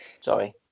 Sorry